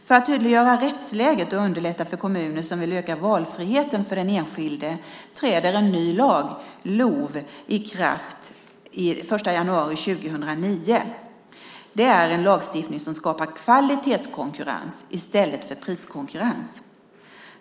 För att tydliggöra rättsläget och underlätta för kommuner som vill öka valfriheten för den enskilde träder en ny lag, LOV, i kraft den 1 januari 2009 . Det är en lagstiftning som skapar kvalitetskonkurrens i stället för priskonkurrens.